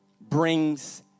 brings